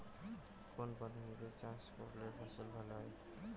কোন পদ্ধতিতে চাষ করলে ফসল ভালো হয়?